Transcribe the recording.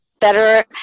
better